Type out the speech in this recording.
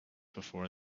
before